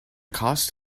cost